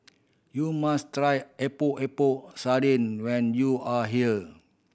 you must try Epok Epok Sardin when you are here